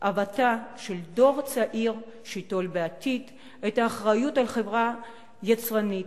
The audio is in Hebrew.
הבאתו של דור צעיר שייטול בעתיד את האחריות על חברה יצרנית,